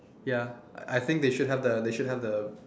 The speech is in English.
ya I I think they should have the they should have the